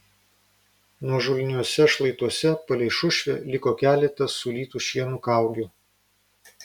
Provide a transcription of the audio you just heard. nuožulniuose šlaituose palei šušvę liko keletas sulytų šieno kaugių